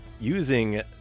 using